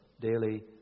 daily